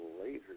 later